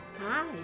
hi